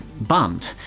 bummed